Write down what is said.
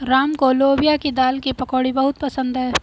राम को लोबिया की दाल की पकौड़ी बहुत पसंद हैं